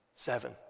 Seven